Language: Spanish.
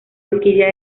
orquídea